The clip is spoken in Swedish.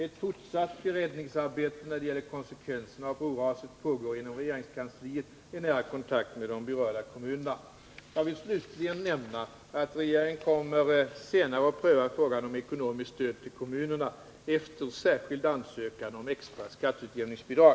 Ett fortsatt beredningsarbete när det gäller konsekvenserna av broraset pågår inom regeringskansliet i nära kontakt med de berörda kommuner Jag vill slutligen nämna att regeringen senare kommer att pröva frågan om ekonomiskt stöd till kommunerna efter särskild ansökan om extra skatteutjämningsbidrag.